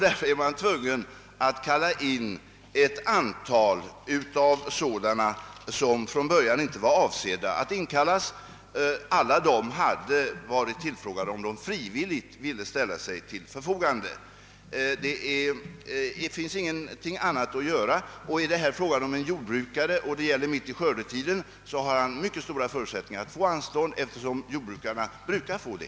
Därför är man tvungen att kalla in ett antal personer som det från början inte var avsett att kallas in. Alla dessa hade varit tillfrågade, om de frivilligt ville ställa sig till förfogande. Det finns ingenting annat att göra i detta läge. Om det här är fråga om en jordbrukare som inkallas mitt i skördetiden har han stora förutsättningar att få anstånd, eftersom jordbrukare brukar få det.